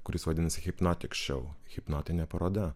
kuris vadinasi hipnotik šou hipnotine paroda